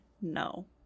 no